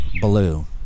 blue